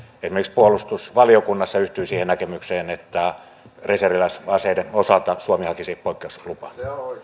esimerkiksi puolustusvaliokunnassa yhtyivät siihen näkemykseen että reserviläisaseiden osalta suomi hakisi poikkeuslupaa